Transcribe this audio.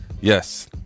yes